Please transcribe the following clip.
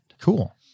Cool